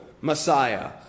Messiah